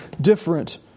different